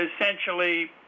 essentially